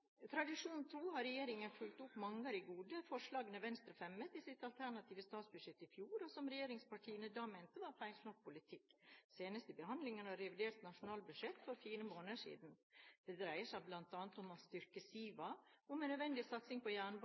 har regjeringen fulgt opp mange av de gode forslagene Venstre fremmet i sitt alternative statsbudsjett i fjor, og som regjeringspartiene da mente var feilslått politikk – senest i behandlingen av revidert nasjonalbudsjett for fire måneder siden. Det dreier seg bl.a. om å styrke SIVA, om en nødvendig satsing på